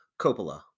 Coppola